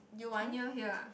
near here ah